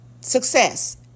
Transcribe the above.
success